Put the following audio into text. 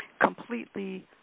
completely